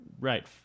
right